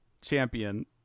champion